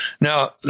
Now